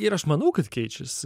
ir aš manau kad keičiasi